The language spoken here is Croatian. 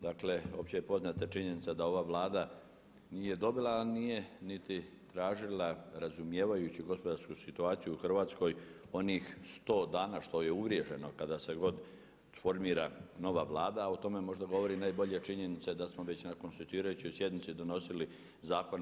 Dakle opće je poznata činjenica da ova Vlada nije dobila, a nije niti tražila razumijevajući gospodarsku situaciju u Hrvatskoj onih 100 dana što je uvriježeno kada se god formira nova Vlada, a o tome možda govori najbolje činjenica da smo već na konstituirajućoj sjednici donosili zakone.